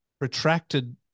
retracted